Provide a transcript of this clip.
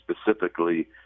specifically